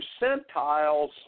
percentiles